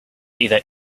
either